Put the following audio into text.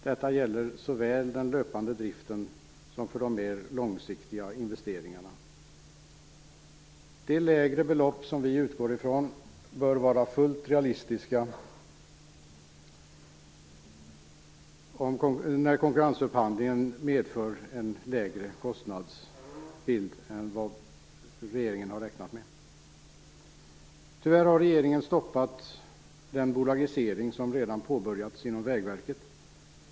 Detta gäller såväl för den löpande driften som för de mer långsiktiga investeringarna. De lägre belopp som vi utgått från bör vara fullt realistiska. En konkurrensupphandling medför en lägre kostnad än vad regeringen har räknat med. Tyvärr har regeringen stoppat den bolagisering som redan påbörjats inom Vägverket.